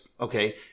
okay